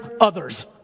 others